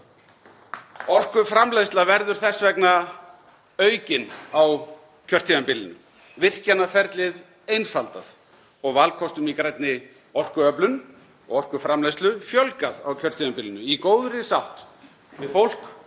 Orkuframleiðsla verður þess vegna aukin á kjörtímabilinu, virkjunarferlið einfaldað og valkostum í grænni orkuöflun og orkuframleiðslu fjölgað, í góðri sátt við fólk